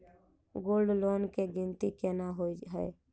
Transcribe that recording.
Gold loan केँ गिनती केना होइ हय?